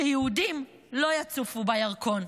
שיהודים לא יצופו בירקון,